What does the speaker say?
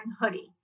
hoodie